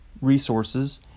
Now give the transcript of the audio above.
resources